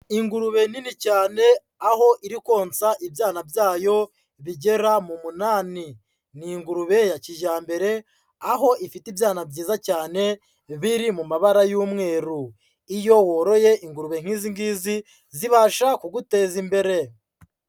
Ingurube nini cyane aho iri konsa ibyana byayo bigera mu munani, ni ingurube ya kijyambere aho ifite ibyana byiza cyane biri mu mabara y'umweru. Iyo woroye ingurube nk'izi ngizi zibasha kuguteza imbere.